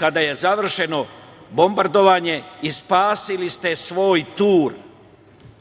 kada je završeno bombardovanje i spasili ste svoj tur,